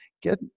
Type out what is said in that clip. Get